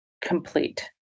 complete